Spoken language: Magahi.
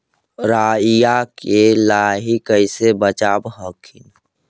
राईया के लाहि कैसे बचाब हखिन?